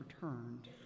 returned